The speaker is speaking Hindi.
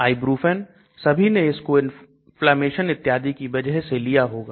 Ibuprofen सभी ने इसको इन्फ्लेमेशन इत्यादि की वजह से लिया होगा